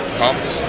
pumps